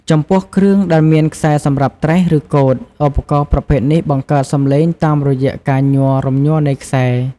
ចំពោះគ្រឿងដែលមានខ្សែសម្រាប់ត្រេះ ឬកូត ឧបករណ៍ប្រភេទនេះបង្កើតសំឡេងតាមរយៈការញ័ររំញ័រនៃខ្សែ។